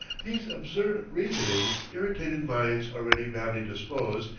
these absurd reasonings irritated minds already badly disposed,